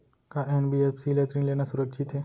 का एन.बी.एफ.सी ले ऋण लेना सुरक्षित हे?